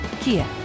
Kia